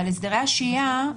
אבל הסדרי השהייה,